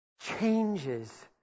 Changes